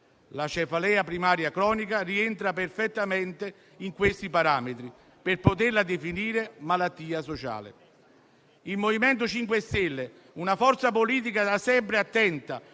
La cefalea primaria cronica rientra perfettamente in questi parametri per poterla definire malattia sociale. Il MoVimento 5 Stelle, una forza politica da sempre attenta